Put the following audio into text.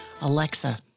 Alexa